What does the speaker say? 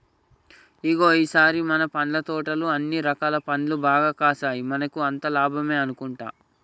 ఇగో ఈ సారి మన పండ్ల తోటలో అన్ని రకాల పండ్లు బాగా కాసాయి మనకి అంతా లాభమే అనుకుంటా